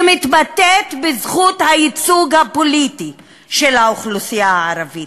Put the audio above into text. שמתבטאת בזכות הייצוג הפוליטי של האוכלוסייה הערבית.